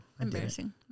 Embarrassing